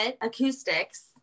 Acoustics